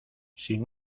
sin